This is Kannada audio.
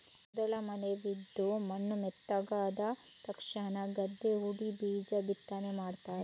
ಮೊದಲ ಮಳೆ ಬಿದ್ದು ಮಣ್ಣು ಮೆತ್ತಗಾದ ತಕ್ಷಣ ಗದ್ದೆ ಹೂಡಿ ಬೀಜ ಬಿತ್ತನೆ ಮಾಡ್ತಾರೆ